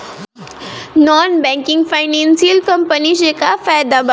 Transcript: Non banking financial company से का फायदा बा?